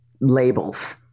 labels